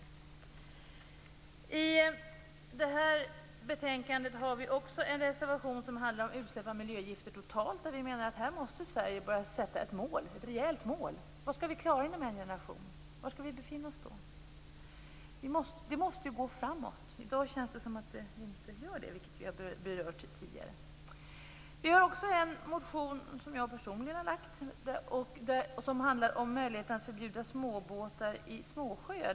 Till det här betänkandet har vi också en reservation som handlar om utsläpp av miljögifter totalt, och vi menar att Sverige här måste börja sätta ett rejält mål. Vad skall vi klara inom en generation? Var skall vi befinna oss då? Det måste gå framåt. I dag känns det som att det inte gör det, vilket vi har berört tidigare. Vi har också en motion, som jag har väckt, som handlar om möjligheter att förbjuda småbåtar i småsjöar.